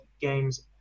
games